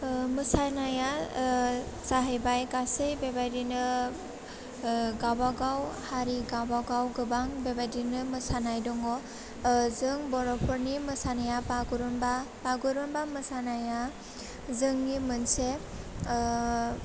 ओह मोसानाया ओह जाहैबाय गासै बेबायदिनो ओह गाबागाव हारि गाबागाव गोबां बेबायदिनो मोसानाय दङ ओह जों बर'फोरनि मोसानाया बागुरुम्बा बागुरुम्बा मोसानाया जोंनि मोनसे ओह